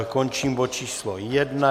Končím bod č. 1.